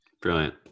Brilliant